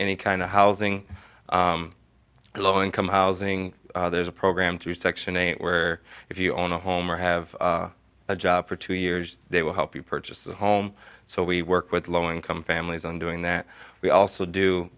any kind of housing low income housing there's a program through section eight where if you own a home or have a job for two years they will help you purchase a home so we work with low income families on doing that we also do